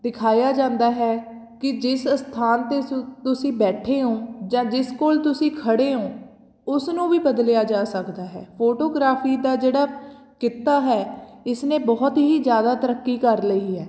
ਦਿਖਾਇਆ ਜਾਂਦਾ ਹੈ ਕਿ ਜਿਸ ਅਸਥਾਨ ਦੇ ਸੁ ਤੁਸੀਂ ਬੈਠੇ ਓਂ ਜਾਂ ਜਿਸ ਕੋਲ ਤੁਸੀਂ ਖੜ੍ਹੇ ਓਂ ਉਸਨੂੰ ਵੀ ਬਦਲਿਆ ਜਾ ਸਕਦਾ ਹੈ ਫੋਟੋਗ੍ਰਾਫੀ ਦਾ ਜਿਹੜਾ ਕਿੱਤਾ ਹੈ ਇਸਨੇ ਬਹੁਤ ਹੀ ਜ਼ਿਆਦਾ ਤਰੱਕੀ ਕਰ ਲਈ ਹੈ